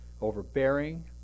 overbearing